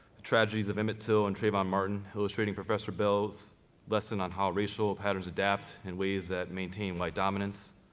the tragedies of emmet till and trayvon martin, illustrating professor bell's lesson on how racial patterns adapt in ways that maintain white dominance,